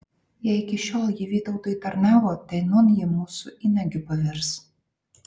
jei iki šiol ji vytautui tarnavo tai nūn ji mūsų įnagiu pavirs